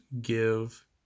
give